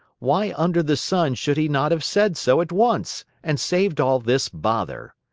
why under the sun should he not have said so at once, and saved all this bother?